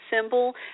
symbol